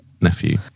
nephew